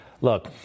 Look